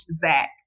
Zach